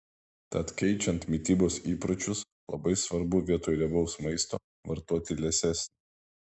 tad keičiant mitybos įpročius labai svarbu vietoj riebaus maisto vartoti liesesnį